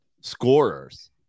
scorers